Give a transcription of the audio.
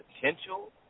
potential